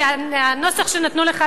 כי הנוסח שנתנו לך,